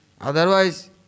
Otherwise